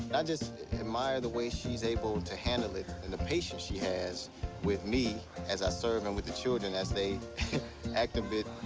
i just admire the way she's able to handle it. and the patience she has with me as i serve and with the children, as they act a bit,